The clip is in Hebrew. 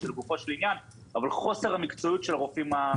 אבל לגופו של עניין של הרופאים במכון.